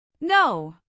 No